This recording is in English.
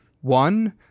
One